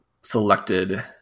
selected